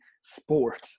sport